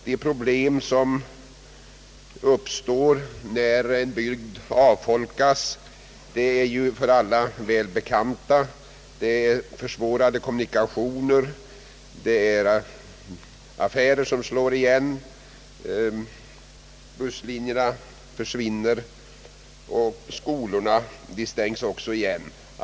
De problem som uppstår när en bygd avfolkas är för alla väl bekanta. De består i försvårade kommunikationer, affärer som slår igen, busslinjer som försvinner och skolor som stängs.